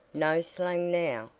no slang now,